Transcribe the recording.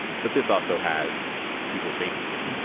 but this also has people's faces getting